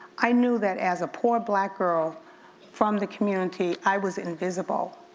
i knew that as a poor black girl from the community, i was invisible.